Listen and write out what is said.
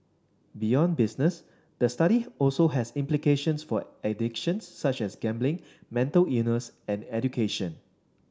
beyond business the study also has implications for addictions such as gambling mental illness and education